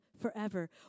forever